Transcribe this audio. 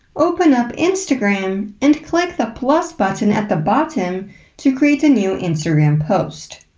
open up instagram, and click the plus button at the bottom to create a new instagram post.